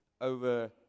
over